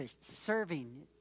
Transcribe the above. serving